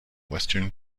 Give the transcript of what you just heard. western